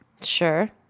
Sure